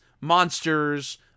monsters